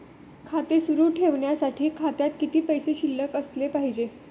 खाते सुरु ठेवण्यासाठी खात्यात किती पैसे शिल्लक असले पाहिजे?